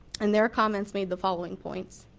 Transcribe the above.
and their comments made the following points.